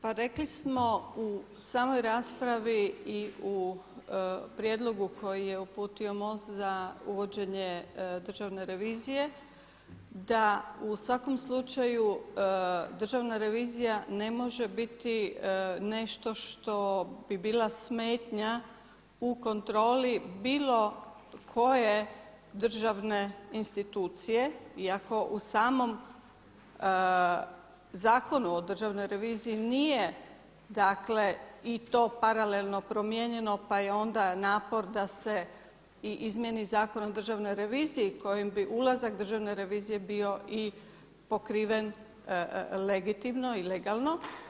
Pa rekli smo u samoj raspravi i u prijedlogu koji je uputio MOST za uvođenje državne revizije da u svakom slučaju državna revizija ne može biti nešto što bi bila smetnja u kontroli bilo koje državne institucije iako u samom Zakonu o državnoj reviziji nije dakle i to paralelno promijenjeno pa je onda napor da se i izmjeni Zakon o državnoj reviziji kojim bi ulazak državne revizije bio i pokriven legitimno i legalno.